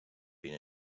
been